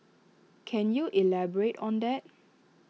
can you elaborate on that